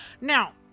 Now